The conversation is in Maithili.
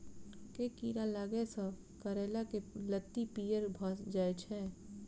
केँ कीड़ा लागै सऽ करैला केँ लत्ती पीयर भऽ जाय छै?